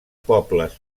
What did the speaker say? pobles